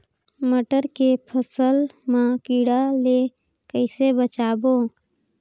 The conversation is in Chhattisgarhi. मटर के फसल मा कीड़ा ले कइसे बचाबो?